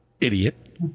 idiot